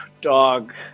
dog